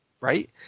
right